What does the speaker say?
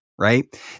Right